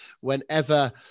Whenever